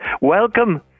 Welcome